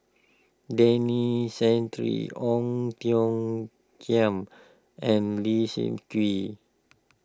Denis Santry Ong Tiong Khiam and Leslie Kee